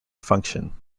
function